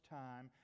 time